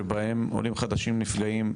שבהם עולים חדשים נפגעים,